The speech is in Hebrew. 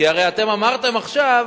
כי הרי אתם אמרתם עכשיו